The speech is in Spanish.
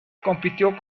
compitió